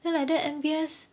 then like that M_B_S